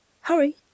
Hurry